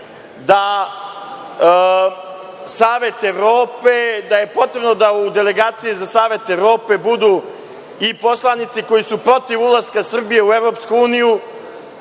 da je potrebno da u delegaciji za Savet Evrope budu i poslanici koji su protiv ulaska Srbije u EU.